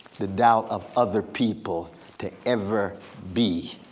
the doubt of other people to ever be